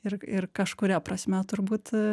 ir ir kažkuria prasme turbūt